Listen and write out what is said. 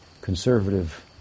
conservative